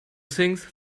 things